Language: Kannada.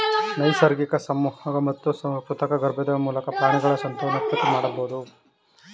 ನೈಸರ್ಗಿಕ ಸಂಯೋಗ ಮತ್ತು ಕೃತಕ ಗರ್ಭಧಾರಣೆ ಮೂಲಕ ಪ್ರಾಣಿಗಳು ಸಂತಾನೋತ್ಪತ್ತಿ ಮಾಡಬೋದು